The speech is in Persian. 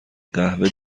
قهوه